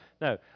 No